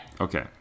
Okay